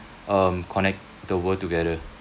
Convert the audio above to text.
um connect the world together